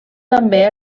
també